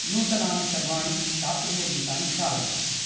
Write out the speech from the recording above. नूतनानि सर्वाणि शास्त्रीयगीतानि श्रावय